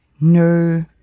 no